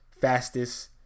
fastest